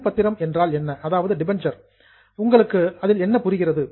கடன் பத்திரம் என்றால் உங்களுக்கு என்ன புரிகிறது